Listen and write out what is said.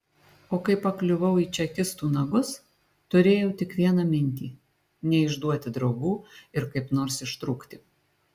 o kai pakliuvau į čekistų nagus turėjau tik vieną mintį neišduoti draugų ir kaip nors ištrūkti